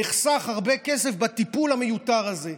נחסך הרבה כסף בלי הטיפול המיותר הזה.